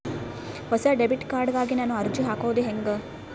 ಹೊಸ debit card ಗಾಗಿ ನಾನು ಅರ್ಜಿ ಹಾಕೊದು ಹೆಂಗ?